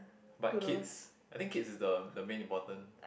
but kids I think kids is the the main important